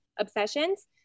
Obsessions